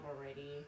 already